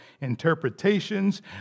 interpretations